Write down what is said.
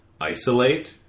isolate